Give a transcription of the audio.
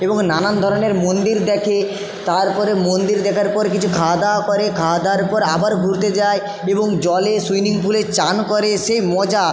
এবং নানান ধরনের মন্দির দেখে তার পরে মন্দির দেখার পর কিছু খাওয়া দাওয়া করে খাওয়া দাওয়ার পর আবার ঘুরতে যায় এবং জলে সুইমিং পুলে চান করে সে মজা